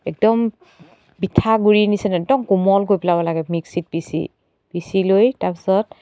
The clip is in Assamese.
একদম পিঠাগুড়িৰ নিচিনা একদম কোমল কৰি পেলাব লাগে মিক্সিত পিছি পিছি লৈ তাৰপিছত